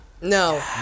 No